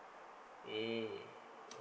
mm